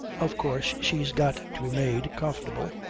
of course she's got to be made comfortable.